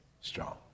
strong